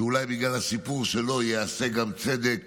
שאולי בגלל הסיפור שלו ייעשה צדק